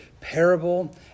parable